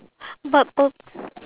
but pur~